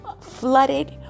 flooded